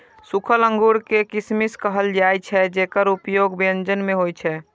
सूखल अंगूर कें किशमिश कहल जाइ छै, जेकर उपयोग व्यंजन मे होइ छै